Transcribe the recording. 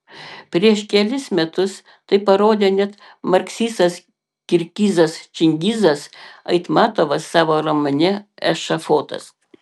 prieš kelis metus tai parodė net marksistas kirgizas čingizas aitmatovas savo romane ešafotas